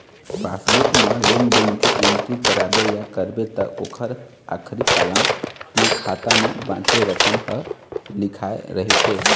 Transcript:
passbook म लेन देन के एंटरी कराबे या करबे त ओखर आखरी कालम म खाता म बाचे रकम ह लिखाए रहिथे